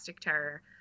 terror